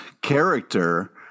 character